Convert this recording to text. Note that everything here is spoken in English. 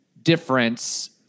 difference